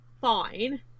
fine